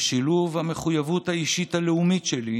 בשילוב המחויבות האישית-הלאומית שלי,